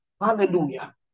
hallelujah